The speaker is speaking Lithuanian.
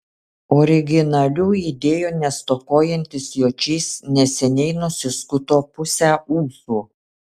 originalių idėjų nestokojantis jočys neseniai nusiskuto pusę ūsų